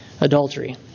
adultery